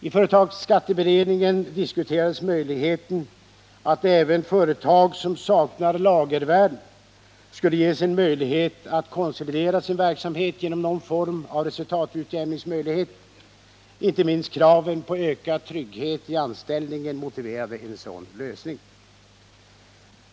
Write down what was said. I företagsskatteberedningen diskuterades möjligheten att även företag som saknar lagervärden skulle ges en möjlighet att konsolidera sin verksamhet genom någon form av resultatutjämning. Inte minst kraven på ökad trygghet i anställningen motiverade en sådan lösning.